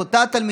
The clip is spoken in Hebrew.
את אותה תלמידה,